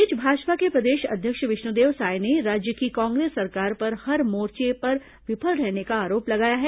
इस बीच भाजपा के प्रदेश अध्यक्ष विष्णुदेव साय ने राज्य की कांग्रेस सरकार पर हर मोर्चे में विफल रहने का आरोप लगाया है